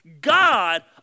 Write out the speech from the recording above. God